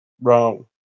Wrong